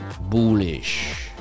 Bullish